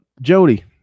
Jody